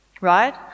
right